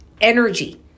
energy